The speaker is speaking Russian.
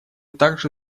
также